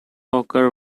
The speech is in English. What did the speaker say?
occur